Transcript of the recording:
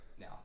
now